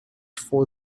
for